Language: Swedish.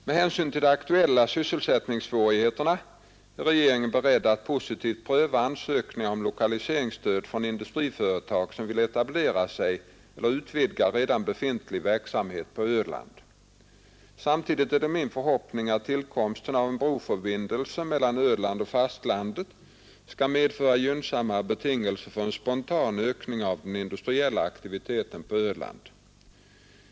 Med hänsyn till de aktuella sysselsättningssvårigheterna är regeringen beredd att positivt pröva ansökningar om lokaliseringsstöd från industriföretag som vill etablera sig eller utvidga redan befintlig verksamhet på Öland. Samtidigt är det min förhoppning att tillkomsten av en broförbindelse mellan Öland och fastlandet skall medföra gynnsammare betingelser för en spontan ökning av den industriella aktiviteten på Öland.